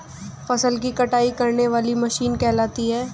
फसल की कटाई करने वाली मशीन कहलाती है?